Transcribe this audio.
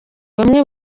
bamwe